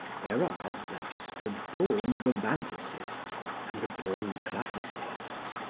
there are, thus, the born romanticists and the born classicists.